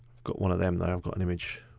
i've got one of them there, i've got an image